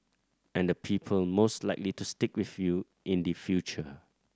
and the people most likely to stick with you in the future